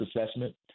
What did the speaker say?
assessment